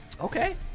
Okay